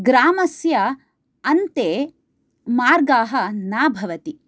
ग्रामस्य अन्ते मार्गाः न भवन्ति